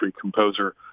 composer